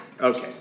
Okay